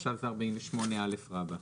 עכשיו זה 48א רבא.